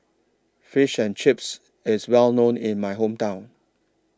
Fish and Chips IS Well known in My Hometown